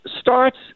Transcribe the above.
starts